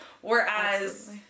whereas